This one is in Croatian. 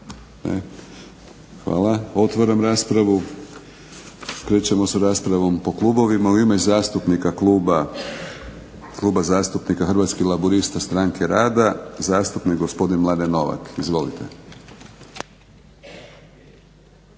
Hvala. Otvaram raspravu. Krećemo sa raspravom po klubovima. U ime Kluba zastupnika Hrvatskih laburista Stranke rada zastupnik gospodin Mladen Novak. Izvolite.